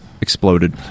exploded